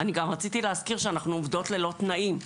אני גם רציתי להזכיר שאנחנו עובדות ללא תנאים,